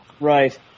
Right